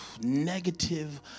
negative